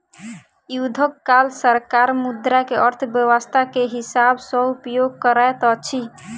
युद्धक काल सरकार मुद्रा के अर्थव्यस्था के हिसाब सॅ उपयोग करैत अछि